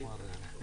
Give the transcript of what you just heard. שומעים אותי עכשיו?